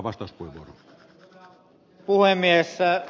arvoisa puhemies